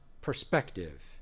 perspective